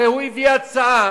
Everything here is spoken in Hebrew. הרי הוא הביא הצעה